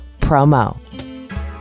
promo